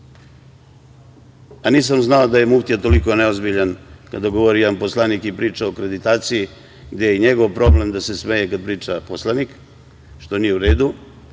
aktivni. Nisam znao da je muftija toliko neozbiljan kada govori jedan poslanik i priča o akreditaciji, gde je njegov problem da se smeje kada priča poslanik, što nije u redu,